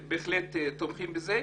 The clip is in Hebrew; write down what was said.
אנחנו בהחלט תומכים בזה.